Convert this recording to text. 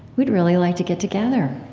we'd really like to get together.